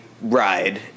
ride